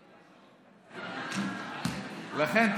לכן,